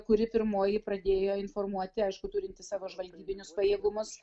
kuri pirmoji pradėjo informuoti aišku turinti savo žvalgybinius pajėgumus